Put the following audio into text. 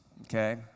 okay